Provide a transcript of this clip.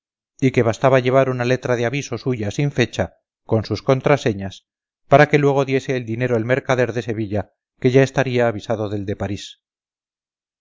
y que bastaba llevar una letra de aviso suya sin fecha con sus contraseñas para que luego diese el dinero el mercader de sevilla que ya estaría avisado del de parís